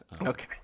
Okay